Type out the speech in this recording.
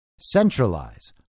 centralize